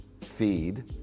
feed